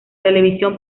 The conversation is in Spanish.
televisión